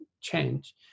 change